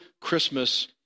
Christmas